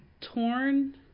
torn